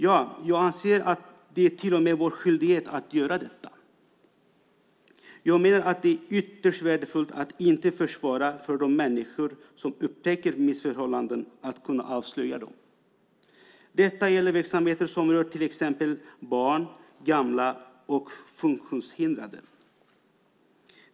Ja, jag anser att det till och med är vår skyldighet att göra detta. Jag menar att det är ytterst värdefullt att vi inte försvårar för de människor som upptäcker missförhållanden att avslöja dem. Detta gäller verksamheter som rör till exempel barn, gamla och funktionshindrade.